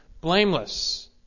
blameless